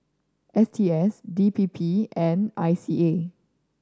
S T S D P P and I C A